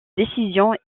décision